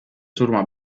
surma